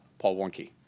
paul warnke,